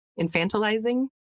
infantilizing